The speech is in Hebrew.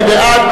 מי בעד?